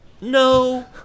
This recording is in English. No